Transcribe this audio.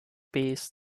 pace